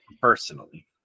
personally